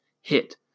hit